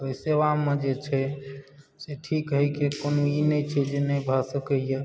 ओहि सेवामे जे छै से ठीक होइके कोनो ई नहि छै जे नइ भऽ सकयए